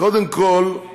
קודם כול,